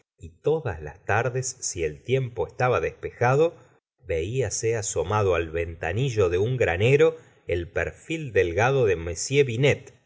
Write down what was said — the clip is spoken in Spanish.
y todas las tardes si el tiempo estaba despejado velase asomado al ventanillo de un granero el perfil delgado de